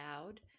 allowed